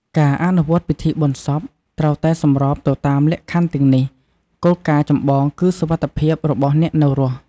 ការអនុវត្តពិធីបុណ្យសពត្រូវតែសម្របទៅតាមលក្ខខណ្ឌទាំងនេះ គោលការណ៍ចម្បងគឺសុវត្ថិភាពរបស់អ្នកនៅរស់។